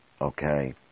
okay